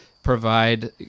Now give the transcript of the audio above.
provide